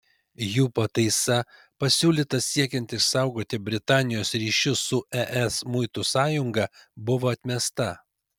jų pataisa pasiūlyta siekiant išsaugoti britanijos ryšius su es muitų sąjunga buvo atmesta